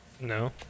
No